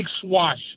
swash